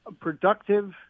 productive